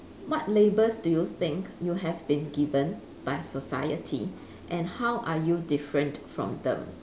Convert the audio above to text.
what labels do you think you have been given by society and how are you different from them